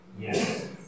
Yes